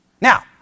Now